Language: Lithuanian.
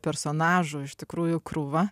personažų iš tikrųjų krūva